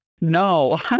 No